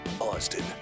Austin